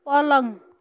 पलङ